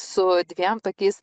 su dviem tokiais